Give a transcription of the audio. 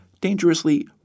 dangerously